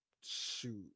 shoot